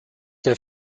der